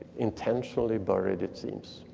intentionally buried, it seems,